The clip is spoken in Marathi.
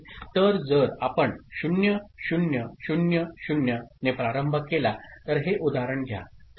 तर जर आपण 0 0 0 0 ने प्रारंभ केला तर हे उदाहरण घ्या